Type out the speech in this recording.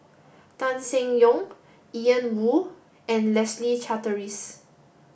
Tan Seng Yong Ian Woo and Leslie Charteris